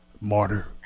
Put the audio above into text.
Martyr